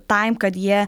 taim kad jie